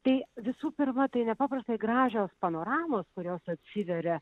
tai visų pirma tai nepaprastai gražios panoramos kurios atsiveria